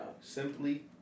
Simply